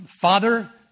father